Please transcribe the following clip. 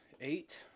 eight